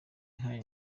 ihaye